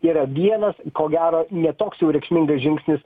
yra dievas ko gero ne toks jau reikšmingas žingsnis